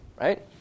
right